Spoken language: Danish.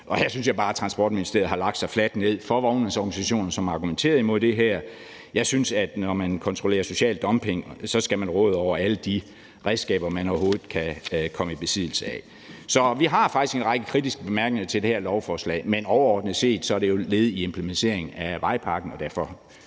og her synes jeg bare, at Transportministeriet har lagt sig fladt ned for vognmandsorganisationer, som argumenterede imod det her. Jeg synes, at når man kontrollerer social dumping, skal man råde over alle de redskaber, man overhovedet kan komme i besiddelse af. Så vi har faktisk en række kritiske bemærkninger til det her lovforslag, men overordnet set er det jo et led i implementeringen af vejpakken, og derfor